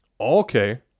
Okay